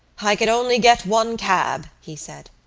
i could only get one cab, he said.